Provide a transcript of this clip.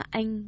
anh